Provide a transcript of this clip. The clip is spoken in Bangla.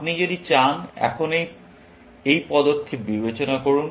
আপনি যদি চান এখন এই পদক্ষেপ বিবেচনা করুন